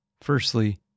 Firstly